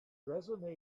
resume